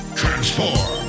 transform